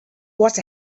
what